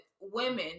women